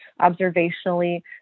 observationally